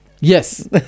Yes